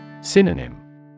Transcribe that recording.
Synonym